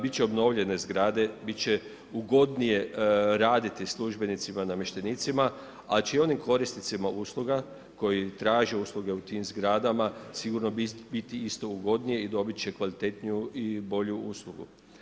Biti će obnovljene zgrade biti će ugodnije raditi službenicima i namještenicima … korisnicima usluga koji traže usluge u tim zgradama sigurno biti isto ugodnije i dobiti će kvalitetniju i bolju uslugu.